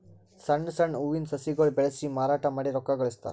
ಸಣ್ಣ್ ಸಣ್ಣ್ ಹೂವಿನ ಸಸಿಗೊಳ್ ಬೆಳಸಿ ಮಾರಾಟ್ ಮಾಡಿ ರೊಕ್ಕಾ ಗಳಸ್ತಾರ್